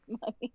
money